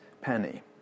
penny